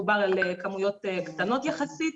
מדובר על כמויות קטנות יחסית.